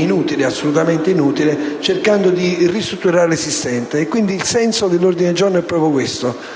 ritiene inutile, cercando di ristrutturare l'esistente. Quindi, il senso dell'ordine del giorno è proprio questo: